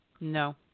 No